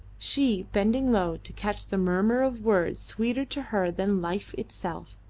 she bending low to catch the murmur of words sweeter to her than life itself.